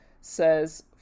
says